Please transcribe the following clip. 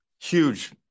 huge